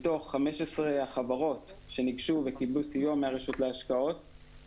מתוך 15 החברות שניגשו וקיבלו סיוע מהרשות להשקעות,